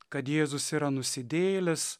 kad jėzus yra nusidėjėlis